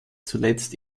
zuletzt